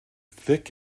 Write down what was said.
thick